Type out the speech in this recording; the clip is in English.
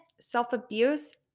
self-abuse